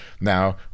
Now